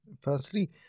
Firstly